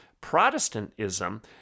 Protestantism